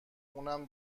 اونم